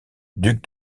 duc